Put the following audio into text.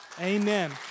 Amen